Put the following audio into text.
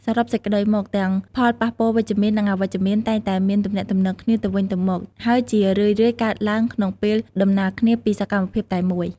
សរុបសេចក្ដីមក ទាំងផលប៉ះពាល់វិជ្ជមាន និងអវិជ្ជមានតែងតែមានទំនាក់ទំនងគ្នាទៅវិញទៅមក ហើយជារឿយៗកើតឡើងក្នុងពេលដំណាលគ្នាពីសកម្មភាពតែមួយ។